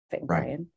right